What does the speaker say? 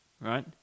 right